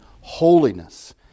holiness